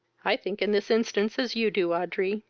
i think in this instance as you do, audrey,